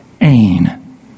ain